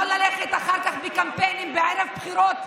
לא ללכת אחר כך בקמפיינים, ערב בחירות,